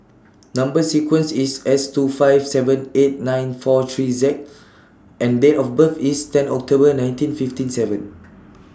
Number sequence IS S two five seven eight nine four three Z and Date of birth IS ten October nineteen fifty seven